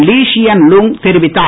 லீ Hsien Loong தெரிவித்தார்